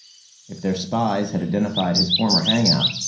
if their spies had identified his former hangout,